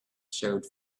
showed